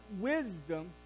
wisdom